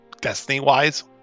destiny-wise